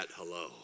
hello